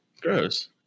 gross